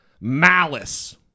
malice